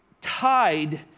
tied